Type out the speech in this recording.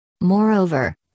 Moreover